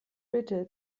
bitte